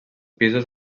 pisos